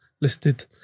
listed